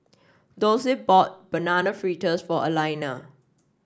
Dulce bought Banana Fritters for Alaina